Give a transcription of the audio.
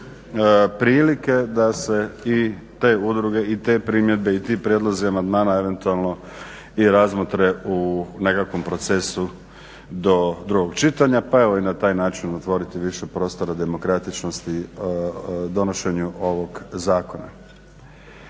prilike da se i te udruge i te primjedbe i ti prijedlozi amandmana eventualno i razmotre u nekakvom procesu do drugog čitanja, pa evo i na taj način otvoriti više prostora demokratičnosti donošenju ovog zakona.